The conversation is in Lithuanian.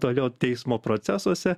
toliau teismo procesuose